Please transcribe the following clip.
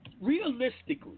realistically